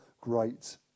great